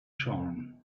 charm